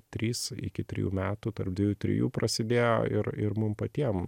trys iki trijų metų tarp dviejų trijų prasidėjo ir ir mum patiem